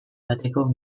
bateko